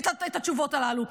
את התשובות הללו.